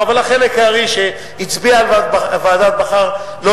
אבל חלק הארי שהצביע על ועדת-בכר לא